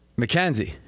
McKenzie